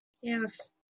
Yes